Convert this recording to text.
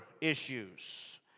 issues